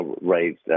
raised